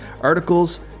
articles